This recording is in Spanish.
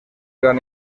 gran